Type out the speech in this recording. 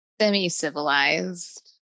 Semi-civilized